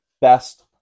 best